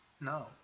No